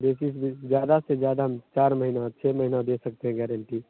यह चीज़ में ज़्यादा से ज़्यादा हम चार महीना और छः महीना दे सकते हैं गैरेंटी